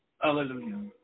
Hallelujah